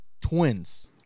twins